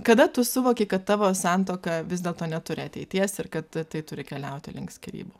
kada tu suvokei kad tavo santuoka vis dėlto neturi ateities ir kad tai turi keliauti link skyrybų